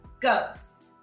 ghosts